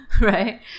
Right